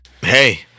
Hey